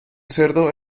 cerdo